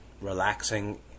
relaxing